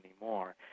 anymore